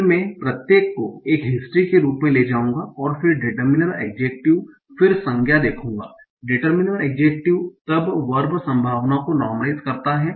फिर मैं प्रत्येक को एक हिस्ट्री के रूप में ले जाऊंगा और फिर डिटरमिनर एड्जेक्टिव फिर संज्ञा देखूंगा डिटरमिनर एड्जेक्टिव तब वर्ब संभावना को नार्मलाइस करता है